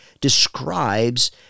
describes